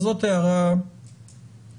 זאת הערה ראשונה.